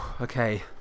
okay